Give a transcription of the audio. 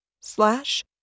Slash